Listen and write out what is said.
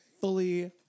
Fully